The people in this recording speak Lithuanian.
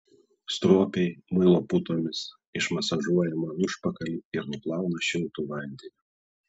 stropiai muilo putomis išmasažuoja man užpakalį ir nuplauna šiltu vandeniu